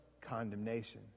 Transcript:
condemnation